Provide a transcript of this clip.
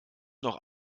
noch